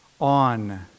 on